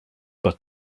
but